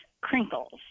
Crinkles